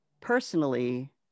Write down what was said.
personally